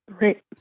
Right